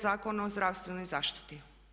Zakona o zdravstvenoj zaštiti.